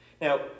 Now